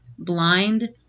blind